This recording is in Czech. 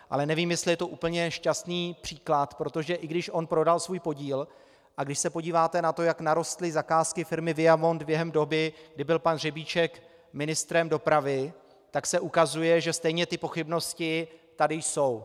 Ale nevím, jestli je to úplně šťastný příklad, protože i když on prodal svůj podíl, a když se podíváte na to, jak narostly zakázky firmy Viamont během doby, kdy byl pan Řebíček ministrem dopravy, tak se ukazuje, že stejně ty pochybnosti tady jsou.